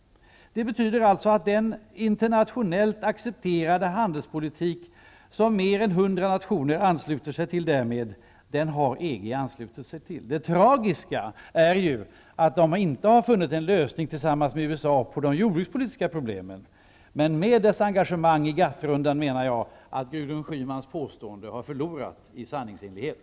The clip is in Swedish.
Det betyder att den internationellt accepterade handelspolitik som mer än 100 nationer därmed ansluter sig till har också EG anslutit sig till. Det tragiska är ju att man inte har funnit en lösning tillsammans med USA på de jordbrukspolitiska problemen. Men med hänsyn till EG:s engagemang i GATT-rundan menar jag att Gudrun Schymans påstående har förlorat i sanningsenlighet.